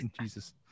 Jesus